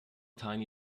tiny